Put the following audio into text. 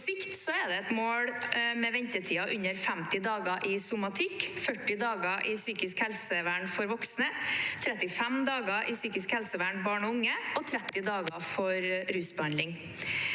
På sikt er det et mål med ventetider under 50 dager i somatikk, 40 dager i psykisk helsevern for voksne, 35 dager i psykisk helsevern for barn og unge og 30 dager for rusbehandling.